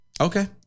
Okay